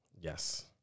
Yes